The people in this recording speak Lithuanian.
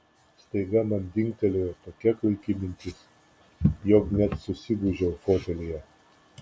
staiga man dingtelėjo tokia klaiki mintis jog net susigūžiau fotelyje